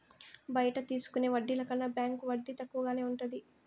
బయట తీసుకునే వడ్డీల కన్నా బ్యాంకు వడ్డీ తక్కువగానే ఉంటది